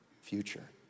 future